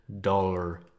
dollar